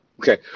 okay